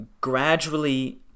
gradually